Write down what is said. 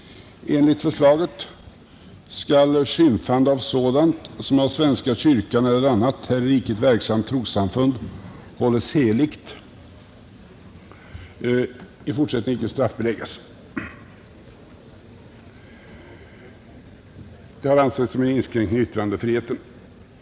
Enligt förslaget skall ”Skymfande av sådant som av svenska kyrkan eller annat här i riket verksamt trossamfund hålles heligt” i fortsättningen icke straffbeläggas. Det har ansetts som en inskränkning i yttrandefriheten.